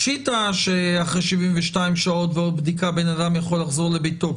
פשיטא שאחרי 72 שעות ועוד בדיקה בן אדם יכול לחזור לביתו.